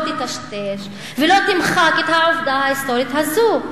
לא יטשטשו ולא ימחקו את העובדה ההיסטורית הזו.